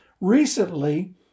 recently